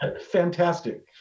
Fantastic